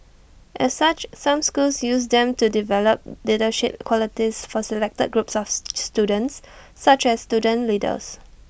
as such some schools use them to develop leadership qualities for selected groups of students such as student leaders